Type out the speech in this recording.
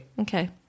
Okay